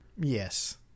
Yes